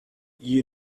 you